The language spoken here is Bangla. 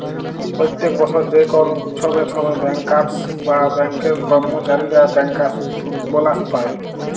প্যত্তেক বসর যে কল উচ্ছবের সময় ব্যাংকার্স বা ব্যাংকের কম্মচারীরা ব্যাংকার্স বলাস পায়